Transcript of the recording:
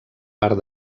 part